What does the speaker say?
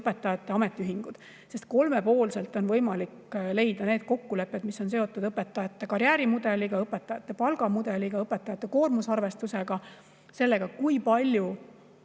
õpetajate ametiühingud. Kolmepoolselt on võimalik leida need kokkulepped, mis on seotud õpetajate karjäärimudeliga, õpetajate palgamudeliga, õpetajate koormuse arvestusega, sellega, kui palju